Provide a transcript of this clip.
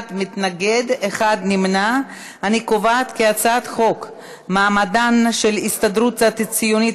ההצעה להעביר את הצעת חוק מעמדן של ההסתדרות הציונית